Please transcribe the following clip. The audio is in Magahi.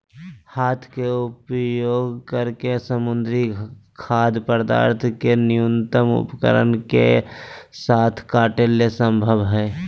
हाथ के उपयोग करके समुद्री खाद्य पदार्थ के न्यूनतम उपकरण के साथ काटे ले संभव हइ